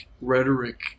rhetoric